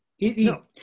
No